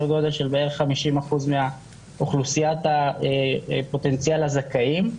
גודל של בערך 50% מאוכלוסיית פוטנציאל הזכאים.